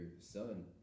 son